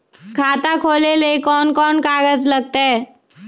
खाता खोले ले कौन कौन कागज लगतै?